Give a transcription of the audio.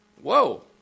Whoa